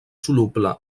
soluble